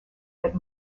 that